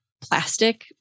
plastic